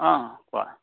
অ' কোৱা